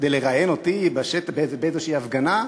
כדי לראיין אותי באיזו הפגנה,